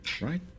right